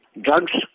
Drugs